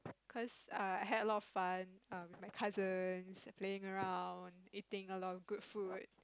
cause err I had a lot of fun um with my cousins and playing around eating a lot of good food